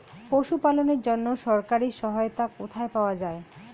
পশু পালনের জন্য সরকারি সহায়তা কোথায় পাওয়া যায়?